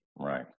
Right